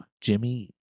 Jimmy